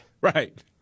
Right